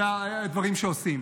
אלה הדברים שהם עושים.